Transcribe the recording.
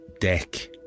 deck